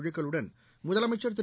குழுக்களுடன் முதலமைச்சா் திரு